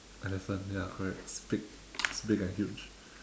elephant ya correct big it's big and huge